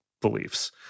beliefs